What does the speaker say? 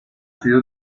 sido